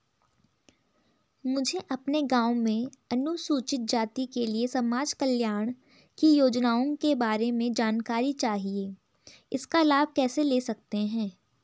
मुझे अपने गाँव में अनुसूचित जाति के लिए समाज कल्याण की योजनाओं के बारे में जानकारी चाहिए इसका लाभ कैसे ले सकते हैं?